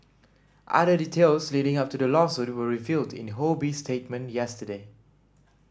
other details leading up to the lawsuit were revealed in Ho Bee's statement yesterday